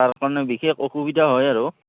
তাৰ কাৰণে বিশেষ অসুবিধা হয় আৰু